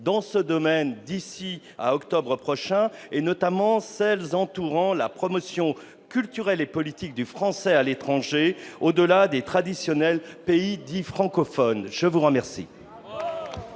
dans ce domaine d'ici octobre prochain, notamment celles qui concernent la promotion culturelle et politique du français à l'étranger, au-delà des traditionnels pays dits francophones. La parole